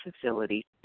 facility